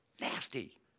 Nasty